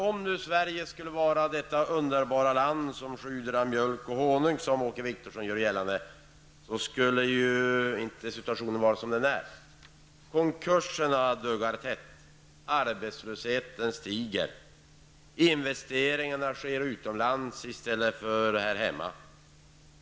Om nu Sverige skulle vara detta underbara land, som Åke Wictorsson gör gällande flyter av mjölk och honung, skulle ju inte situationen vara den den är. Konkurserna duggar tätt. Arbetslösheten stiger. Investeringarna sker utomlands i stället för här hemma.